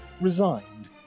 resigned